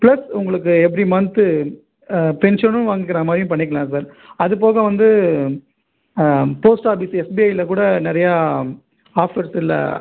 plus உங்களுக்கு every month பென்ஷனும் வாங்கிக்கிறா மாதிரியும் பண்ணிக்கலாம் சார் அதுப்போக வந்து போஸ்ட் ஆபிஸ் எஸ்பிஐயில கூட நிறையா ஆஃபர்ஸில்